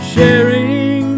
Sharing